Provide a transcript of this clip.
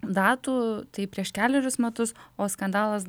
datų tai prieš kelerius metus o skandalas